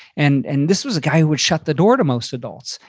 and and this was a guy who would shut the door to most adults.